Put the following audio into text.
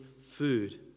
food